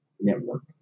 network